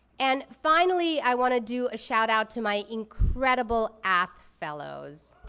and finally i want to do a shout out to my incredible ath fellows.